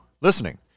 listening